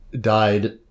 died